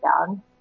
down